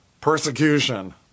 persecution